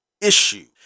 issue